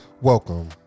welcome